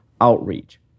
outreach